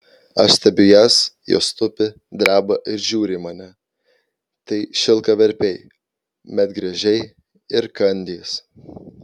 aš stebiu jas jos tupi dreba ir žiūri į mane tai šilkaverpiai medgręžiai ir kandys